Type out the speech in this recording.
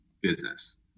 business